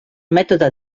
mètode